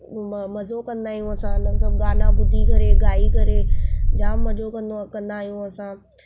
म मज़ो कंदा आहियूं असां हुन सभु गाना ॿुधी करे ॻाइ करे जाम मज़ो कंदा आहियूं असां